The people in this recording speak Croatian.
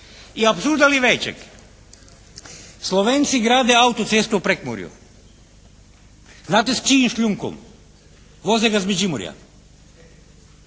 I apsurda li većeg, Slovenci grade autocestu u Prekmurju. Znate s čijim šljunkom? Voze ga iz Međimurja.